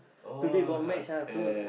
today got match ah so